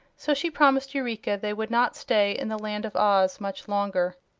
so she promised eureka they would not stay in the land of oz much longer.